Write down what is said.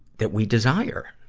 that we desire,